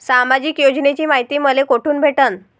सामाजिक योजनेची मायती मले कोठून भेटनं?